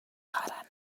para